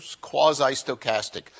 quasi-stochastic